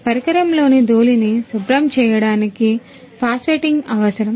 పరికరంలోని ధూళిని శుభ్రం చేయడానికి ఫాస్ఫేటింగ్ అవసరం